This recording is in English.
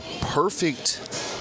perfect